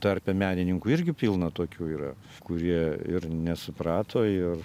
tarpe menininkų irgi pilna tokių yra kurie ir nesuprato ir